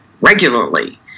regularly